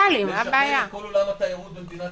מתכוונים לשחרר את כל עולם התיירות במדינת